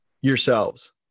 yourselves